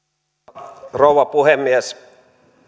arvoisa rouva puhemies